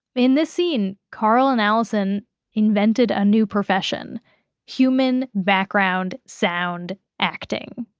in this scene, carl and allison invented a new profession human background sound acting.